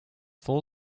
full